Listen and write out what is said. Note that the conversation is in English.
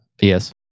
Yes